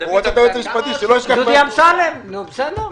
דודי אמסלם, נו בסדר.